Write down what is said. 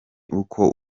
uko